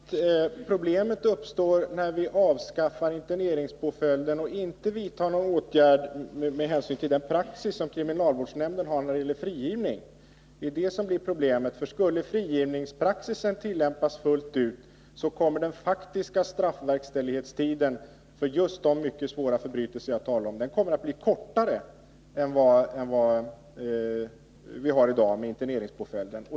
Herr talman! Jag vill bara erinra Lisa Mattson om att problemet uppstår när vi avskaffar interneringspåföljden och inte vidtar några åtgärder med hänsyn till den praxis som kriminalvårdsnämnden har när det gäller frigivning. Skulle frigivningspraxis tillämpas fullt ut, kommer den faktiska straffverkställighetstiden för just de mycket svåra förbrytelser jag talat om att bli kortare än i dag då vi har interneringspåföljden.